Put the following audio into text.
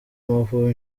amavubi